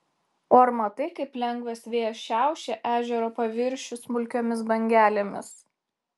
o ar matai kaip lengvas vėjas šiaušia ežero paviršių smulkiomis bangelėmis